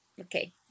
okay